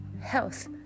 health